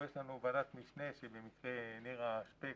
יש לנו ועדת משנה למוכנות העורף, ובמקרה נירה שפק